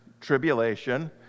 tribulation